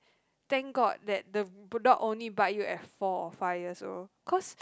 thank god that the bull dog only bite you at four or five years old cause